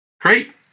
great